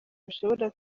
bishobora